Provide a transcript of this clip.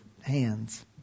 hands